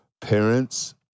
parents